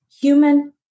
human